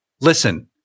listen